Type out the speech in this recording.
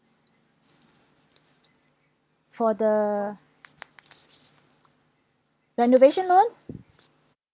for the renovation loan